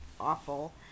awful